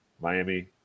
miami